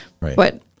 Right